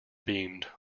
beamed